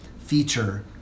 feature